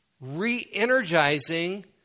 Re-energizing